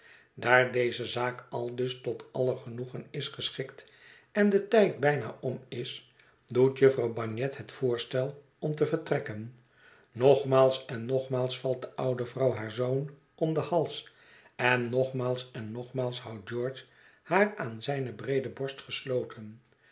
daar deze zaak aldus tot aller genoegen is geschikt en de tijd bijna om is doet jufvrouw bagnet het voorstel om te vertrekken nogmaals en nogmaals valt de oude vrouw haar zoon om den hals en nogmaals en nogmaals houdt george haar aan zijne breede borst gesloten